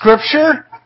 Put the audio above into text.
scripture